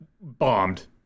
bombed